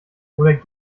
oder